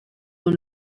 dans